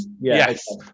Yes